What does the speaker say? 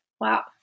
Wow